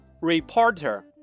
Reporter